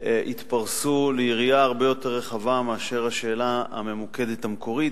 התפרסו ליריעה הרבה יותר רחבה מאשר השאלה הממוקדת המקורית,